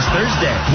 Thursday